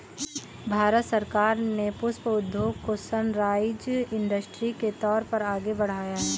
भारत सरकार ने पुष्प उद्योग को सनराइज इंडस्ट्री के तौर पर आगे बढ़ाया है